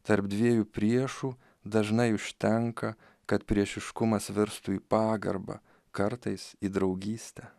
tarp dviejų priešų dažnai užtenka kad priešiškumas virstų į pagarbą kartais į draugystę